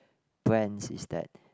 when is that